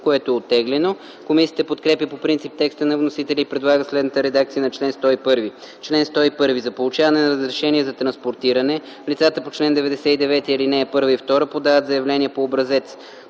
което е оттеглено. Комисията подкрепя по принцип текста на вносителя и предлага следната редакция на чл. 101: “Чл. 101. За получаване на разрешение за транспортиране лицата по чл. 99, ал. 1 и 2 подават заявление по образец